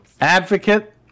Advocate